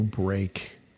Break